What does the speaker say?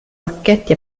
pacchetti